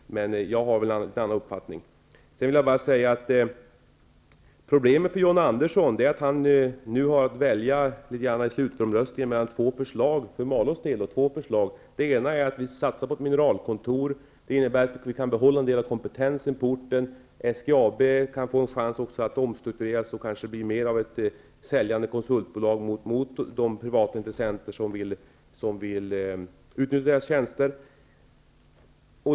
Jag har en något annan uppfattning. Problemet för John Andersson är att han i slutomröstningen har att välja mellan två förslag för Malås del. Det gäller att vi skall satsa på ett mineralkontor. Det innebär att vi kan behålla en del av kompetensen på orten. SGAB kan få en chans att omstruktureras och bli mer av ett säljande konsultbolag gentemot de privatintressenter som vill utnyttja deras tjänster.